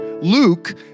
Luke